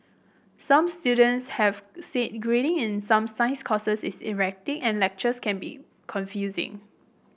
some students have said grading in some science courses is erratic and lectures can be confusing